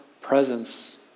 presence